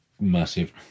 massive